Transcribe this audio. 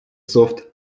софт